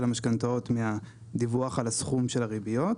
המשכנתאות מהדיווח על הסכום של הריביות.